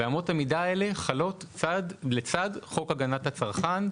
ואמות המידה האלה חלות בצד חוק הגנת הצרכן.